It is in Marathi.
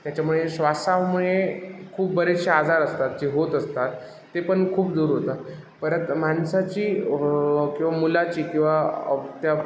त्याच्यामुळे श्वासामुळे खूप बरेचसे आजार असतात जे होत असतात ते पण खूप दूर होतात परत माणसाची किंवा मुलाची किंवा आप त्या